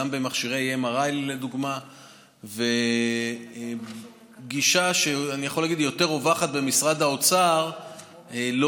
לדוגמה גם במכשירי MRI. גישה שיותר רווחת במשרד האוצר היא,